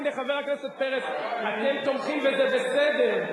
הנה חבר הכנסת פרץ, אתם תומכים וזה בסדר.